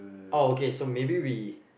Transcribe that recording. oh okay so maybe we